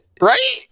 Right